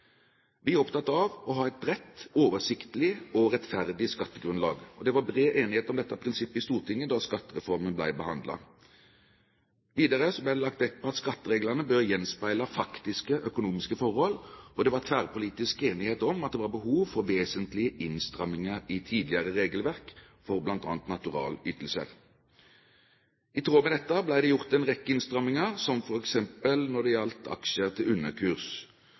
Vi er opptatt av å ha et bredt, oversiktlig og rettferdig skattegrunnlag. Det var bred enighet om dette prinsippet i Stortinget da skattereformen ble behandlet. Videre ble det lagt vekt på at skattereglene bør gjenspeile faktiske økonomiske forhold, og det var tverrpolitisk enighet om at det var behov for vesentlige innstramminger i tidligere regelverk, for bl.a. naturalytelser. I tråd med dette ble det gjort en rekke innstramminger, som f.eks. når det gjaldt aksjer til underkurs.